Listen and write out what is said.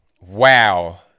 wow